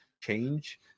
change